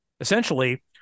essentially